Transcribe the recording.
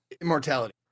immortality